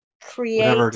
Create